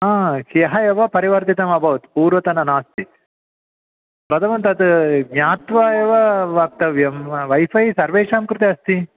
हा ह्यः एव परिवर्तितमभवत् पूर्वतनं नास्ति प्रथमं तद् ज्ञात्वा एव वक्तव्यं वैफ़ै सर्वेषां कृते अस्ति